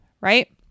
Right